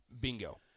Bingo